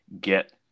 get